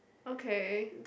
okay